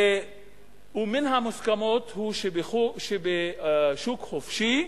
ומן המוסכמות הוא שבשוק חופשי